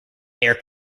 air